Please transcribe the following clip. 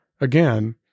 Again